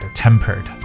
tempered